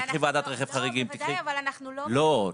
תקני ועדת רכב חריגים --- בוודאי אבל אנחנו --- לא,